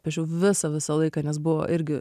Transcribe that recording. piešiau visą visą laiką nes buvo irgi